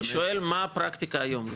אני שואל מה הפרקטיקה היום.